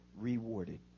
rewarded